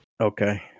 Okay